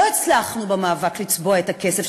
לא הצלחנו במאבק לצבוע את הכסף,